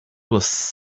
was